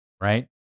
right